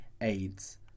AIDS